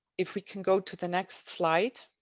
if we can go to the next slide.